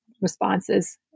responses